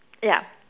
ya